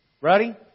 Ready